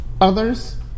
Others